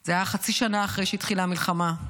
זה היה חצי שנה אחרי שהתחילה המלחמה.